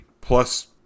plus